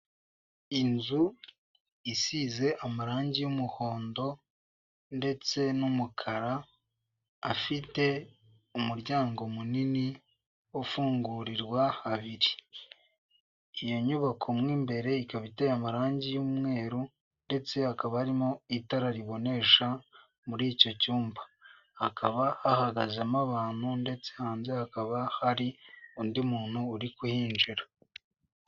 Inzu isize amarangi y'umuhondo ndetse n'umukara, afite umuryango munini ufungurirwa habiri. Iyo nyubako mo imbere ikaba iteye amarangi y'umweru ndetse hakaba harimo itara ribonesha muri icyo cyumba. Hakaba hahagazemo abantu ndetse hanze hakaba hari undi muntu uri kuhinjira.